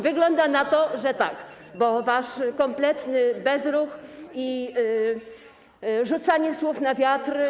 Wygląda na to, że tak, bo wasz kompletny bezruch i rzucanie słów na wiatr.